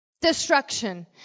Destruction